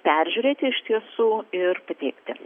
peržiūrėti iš tiesų ir pateikti